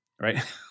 right